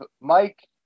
Mike